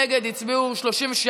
נגד הצביעו 36,